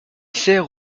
sert